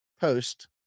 post